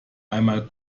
einmal